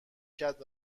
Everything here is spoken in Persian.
کرد